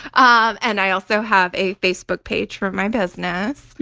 um and i also have a facebook page for my business,